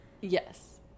Yes